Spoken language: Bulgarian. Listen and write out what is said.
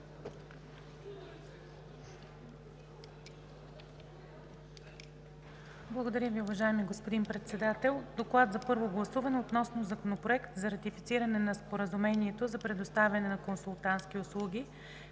Благодаря Ви, уважаеми господин Председател. „ДОКЛАД за първо гласуване относно Законопроект за ратифициране на Споразумението за предоставяне на консултантски услуги